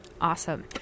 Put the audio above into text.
awesome